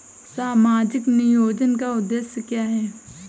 सामाजिक नियोजन का उद्देश्य क्या है?